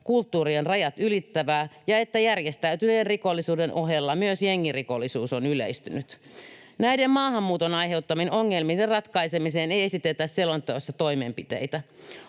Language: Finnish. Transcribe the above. kulttuurien rajat ylittävää, ja järjestäytyneen rikollisuuden ohella myös jengirikollisuus on yleistynyt. Näiden maahanmuuton aiheuttamien ongelmien ratkaisemiseen ei esitetä selonteossa toimenpiteitä.